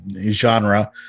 genre